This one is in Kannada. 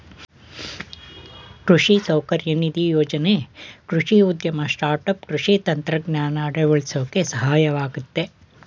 ಕೃಷಿ ಸೌಕರ್ಯ ನಿಧಿ ಯೋಜ್ನೆ ಕೃಷಿ ಉದ್ಯಮ ಸ್ಟಾರ್ಟ್ಆಪ್ ಕೃಷಿ ತಂತ್ರಜ್ಞಾನ ಅಳವಡ್ಸೋಕೆ ಸಹಾಯವಾಗಯ್ತೆ